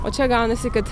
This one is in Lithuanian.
o čia gaunasi kad